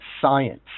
Science